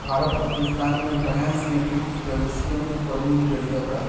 भारत पकिस्तान मे भैंस के दूध कैल्सिअम के प्रमुख जरिआ बा